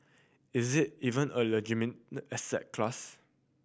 is it even a legitimate asset class